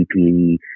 PPE